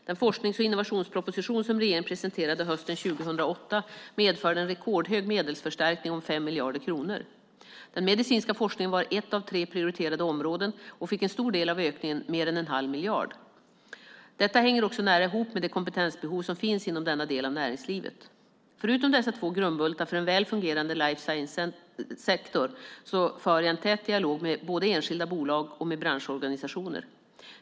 Den forsknings och innovationsproposition som regeringen presenterade hösten 2008 medförde en rekordhög medelförstärkning om 5 miljarder kronor. Den medicinska forskningen var ett av tre prioriterade områden och fick en stor del av ökningen, mer än en halv miljard kronor. Detta hänger också nära ihop med det kompetensbehov som finns inom denna del av näringslivet. Förutom dessa två grundbultar för en väl fungerande life science-sektor för jag en tät dialog både med enskilda bolag och med branschorganisationer.